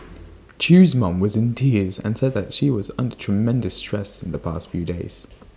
chew's mom was in tears and said that she was under tremendous stress in the past few days